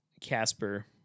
Casper